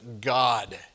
god